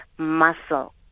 muscle